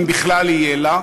אם בכלל יהיה לה,